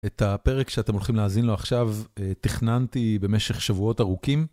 את הפרק שאתם הולכים להאזין לו עכשיו, תכננתי במשך שבועות ארוכים.